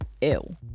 Ew